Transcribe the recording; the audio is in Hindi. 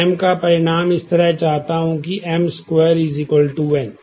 मैं एम का परिणाम इस तरह चाहता हूं कि एम 2 एन